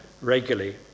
regularly